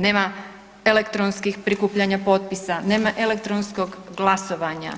Nema elektronskih prikupljanja potpisa nema elektronskog glasovanja,